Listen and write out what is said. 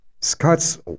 Scott's